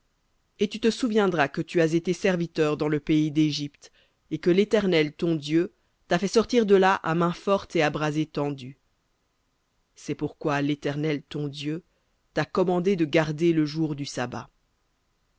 et tu te souviendras que tu as été serviteur dans le pays d'égypte et que l'éternel ton dieu t'a fait sortir de là à main forte et à bras étendu c'est pourquoi l'éternel ton dieu t'a commandé de garder le jour du sabbat